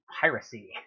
Piracy